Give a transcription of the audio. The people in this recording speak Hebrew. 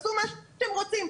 תעשו מה שאתם רוצים.